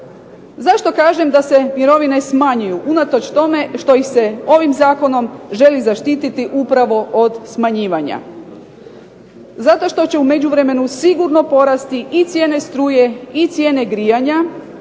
Zašto kažem da se mirovine smanjuju, unatoč tome što ih se ovim zakonom želi zaštititi upravo od smanjivanja? Zato što će u međuvremenu sigurno porasti i cijene struje i cijene grijanja,